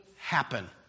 happen